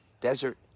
desert